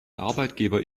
arbeitgeber